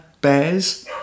bears